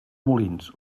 molins